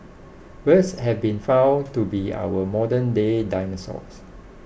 birds have been found to be our modern day dinosaurs